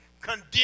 condemn